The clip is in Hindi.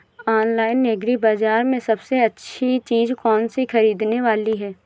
ऑनलाइन एग्री बाजार में सबसे अच्छी चीज कौन सी ख़रीदने वाली है?